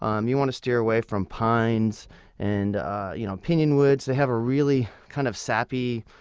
um you want to steer away from pines and ah you know pinon woods they have a really kind of sappy,